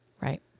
Right